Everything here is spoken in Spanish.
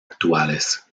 actuales